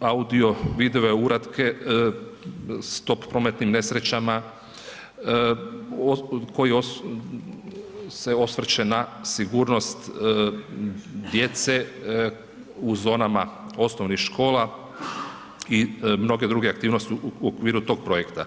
audio, video uratke, stop prometnim nesrećama, koji se osvrće na sigurnost djece u zonama osnovnih škola i mnoge druge aktivnosti u okviru tog projekta.